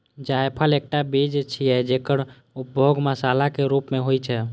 जायफल एकटा बीज छियै, जेकर उपयोग मसालाक रूप मे होइ छै